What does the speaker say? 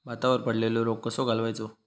भातावर पडलेलो रोग कसो घालवायचो?